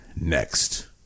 next